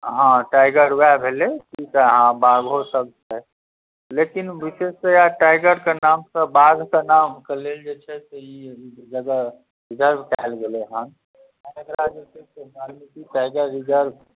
हँ टाइगर वएह भेलै बाघो सभ छै लेकिन विशेषतयाः टाइगरके नामसँ बाघके नामके लेल जे छै से ई जगह रिजर्व कयल गेलै हँ एकरा जे छै से वाल्मीकि टाइगर रिजर्व